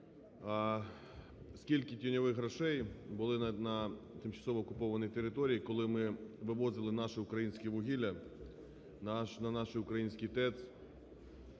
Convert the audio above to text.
скільки тіньових грошей було на тимчасово окупованих територіях, коли ми вивозили наше українське вугілля на наші українські ТЕЦ